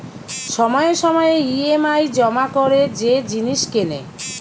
সময়ে সময়ে ই.এম.আই জমা করে যে জিনিস কেনে